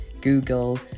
Google